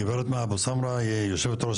גברת מהא אבו סמרה היא יושבת-ראש